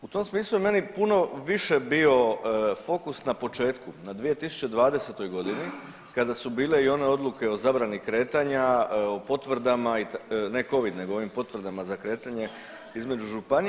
U tom smislu je meni puno više bio fokus na početku, na 2020. godini kada su bile i one oduke o zabrani kretanja, o potvrdama, ne covid nego ovim potvrdama za kretanje između županije.